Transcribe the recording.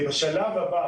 בשלב הבא,